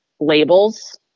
labels